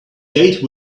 date